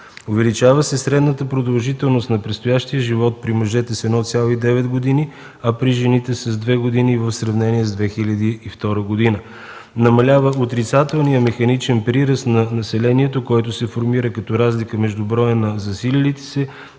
Увеличава се средната продължителност на предстоящия живот при мъжете с 1,9 години, при жените – с 2 години, в сравнение с 2002 г. Намалява отрицателният механичен прираст на населението, който се формира като разлика между броя на заселилите и